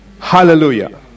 hallelujah